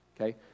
Okay